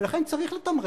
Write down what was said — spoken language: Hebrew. ולכן צריך לתמרן.